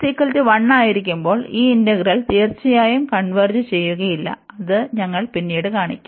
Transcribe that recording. P 1 ആയിരിക്കുമ്പോൾ ഈ integral തീർച്ചയായും കൺവെർജ് ചെയ്യുകയില്ല അത് ഞങ്ങൾ പിന്നീട് കാണും